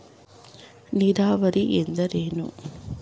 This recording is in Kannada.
ನೀರಾವರಿ ಎಂದರೇನು?